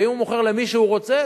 ואם הוא מוכר למי שהוא רוצה,